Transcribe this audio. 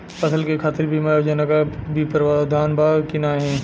फसल के खातीर बिमा योजना क भी प्रवाधान बा की नाही?